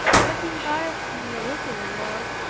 what embarrassed me a little was,